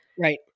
Right